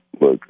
look